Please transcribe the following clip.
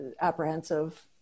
apprehensive